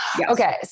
okay